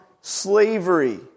slavery